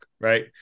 right